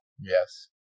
Yes